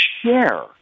share